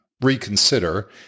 reconsider